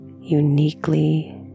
uniquely